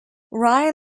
ryan